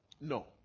No